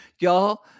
y'all